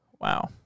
Wow